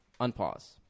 Unpause